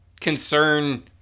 concern